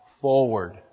forward